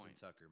Tucker